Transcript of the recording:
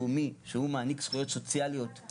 של הביטוח הלאומי שמעניק זכויות סוציאליות,